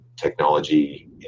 technology